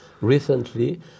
recently